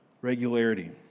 regularity